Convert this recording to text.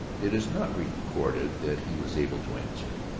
it is not recorded that he was able to answer.